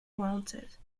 wanted